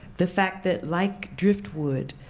the fact that, like driftwood,